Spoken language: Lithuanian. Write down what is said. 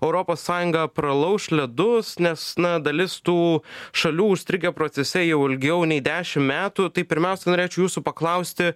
europos sąjunga pralauš ledus nes na dalis tų šalių užstrigę procese jau ilgiau nei dešim metų tai pirmiausia norėčiau jūsų paklausti